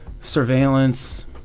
surveillance